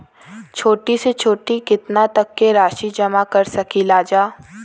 छोटी से छोटी कितना तक के राशि जमा कर सकीलाजा?